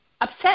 upset